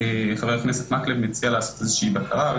חבר הכנסת מקלב הציע לעשות איזושהי בקרה.